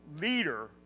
leader